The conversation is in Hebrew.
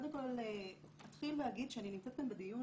קודם כול אתחיל ואגיד שאני נמצאת כאן בדיון